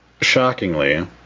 shockingly